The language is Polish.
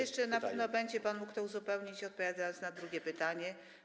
Jeszcze na pewno będzie pan mógł to uzupełnić, odpowiadając na drugie pytanie.